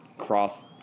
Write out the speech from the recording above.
cross